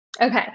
Okay